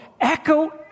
echo